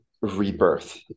rebirth